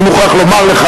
אני מוכרח לומר לך,